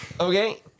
Okay